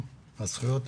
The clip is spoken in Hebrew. הנושא הוא